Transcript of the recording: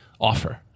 offer